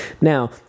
now